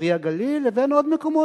"פרי הגליל" לבין עוד מקומות,